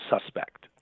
suspect